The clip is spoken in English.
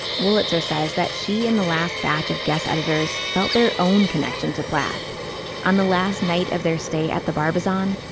wolitzer says that she and the last batch of gas editors felt their own connection to plath on the last night of their stay at the bar basin.